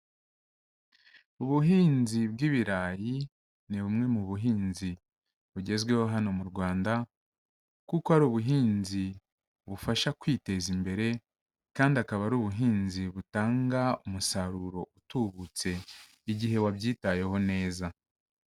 Ubuhinzi bw'ibirayi ni bumwe mu buhinzi bugezweho hano mu Rwanda kuko ari ubuhinzi bufasha kwiteza imbere kandi akaba ari ubuhinzi butanga umusaruro utubutse igihe wabyitayeho neza.